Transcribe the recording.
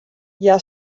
hja